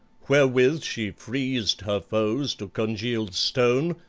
wherewith she freezed her foes to congealed stone,